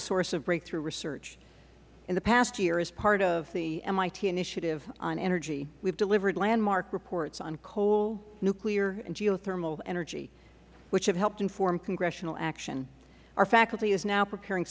a source of breakthrough research in the past year as part of the mit initiative on energy we have delivered landmark reports on coal nuclear and geothermal energy which have helped to inform congressional action our faculty is now preparing